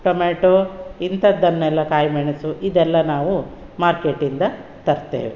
tomato ಇಂಥದ್ದನ್ನೆಲ್ಲ ಕಾಯಿ ಮೆಣಸು ಇದೆಲ್ಲ ನಾವು ಮಾರ್ಕೆಟಿಂದ ತರ್ತೇವೆ